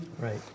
Right